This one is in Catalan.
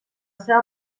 seva